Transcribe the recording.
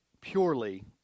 purely